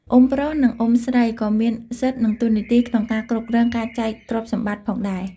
អ៊ុំប្រុស និងអ៊ុំស្រីក៏មានសិទ្ធ និងតួនាទីក្នុងការគ្រប់គ្រងការចែកទ្រព្យសម្បត្តិផងដែរ។